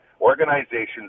organizations